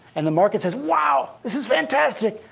and the market says, wow, this is fantastic!